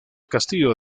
castillo